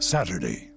Saturday